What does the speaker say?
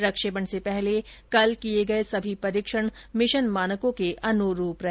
प्रक्षेपण से पहले कल किये गए सभी परीक्षण मिशन मानकों के अनुरूप रहे